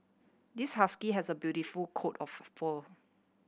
this husky has a beautiful coat of fur